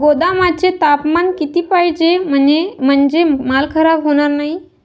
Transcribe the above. गोदामाचे तापमान किती पाहिजे? म्हणजे माल खराब होणार नाही?